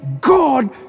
God